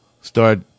start